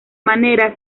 manera